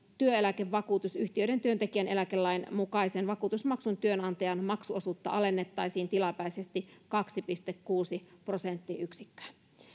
työeläkevakuutusyhtiöiden työntekijän eläkelain mukaisen vakuutusmaksun työnantajan maksuosuutta alennettaisiin tilapäisesti kaksi pilkku kuusi prosenttiyksikköä